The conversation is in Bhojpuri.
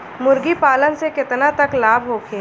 मुर्गी पालन से केतना तक लाभ होखे?